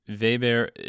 Weber